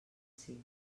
cinc